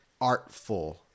artful